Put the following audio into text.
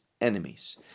enemies